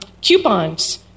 Coupons